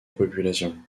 population